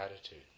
attitude